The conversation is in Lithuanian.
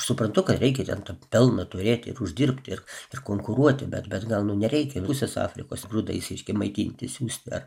suprantu kad reikia ten to pelno turėti ir uždirbti ir ir konkuruoti bet bet gal nu nereikia ir pusės afrikos grūdais reiškia maitinti siųst dar